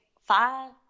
five